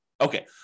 Okay